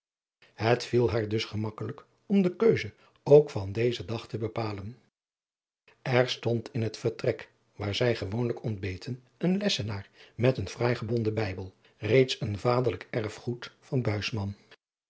het viel haar dus gemakkelijk om de keuze ook van dezen dag te bepalen er stond in het vertrek waar zij gewoonlijk ontbeten een lessenaar met een fraai gebonden bijbel reeds een vaderlijk erfgoed van